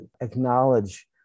acknowledge